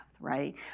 Right